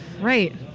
Right